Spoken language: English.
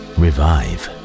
revive